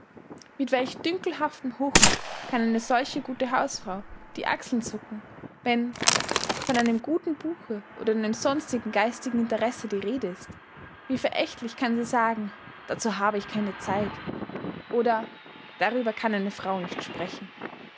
mit welch dünkelhaftem hochmuth kann eine solche gute hausfrau die achseln zucken wenn von einem guten buche oder einem sonstigen geistigen interesse die rede ist wie verächtlich kann sie sagen dazu habe ich keine zeit oder darüber kann eine frau nicht sprechen